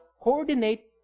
coordinate